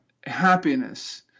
happiness